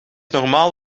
normaal